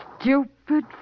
stupid